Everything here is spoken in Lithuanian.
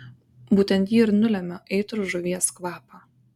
būtent ji ir nulemia aitrų žuvies kvapą